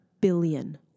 billion